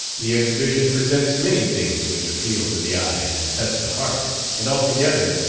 the exhibition presents many things which appeal to the eye and touch the heart, and altogether,